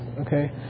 okay